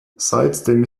seitdem